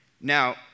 Now